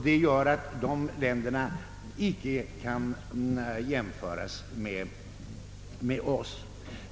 Det gör att dessa länder icke kan jämföras med Sverige.